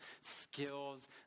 skills